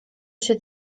się